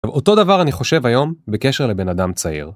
ואותו דבר אני חושב היום בקשר לבן אדם צעיר.